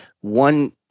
one